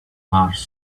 mars